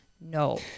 No